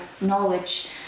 Knowledge